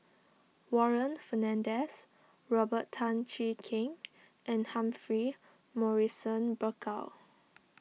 Warren Fernandez Robert Tan Jee Keng and Humphrey Morrison Burkill